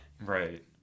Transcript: Right